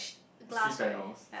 it's three panels